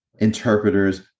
interpreters